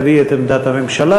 הוא יביא את עמדת הממשלה.